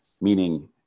Meaning